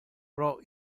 pro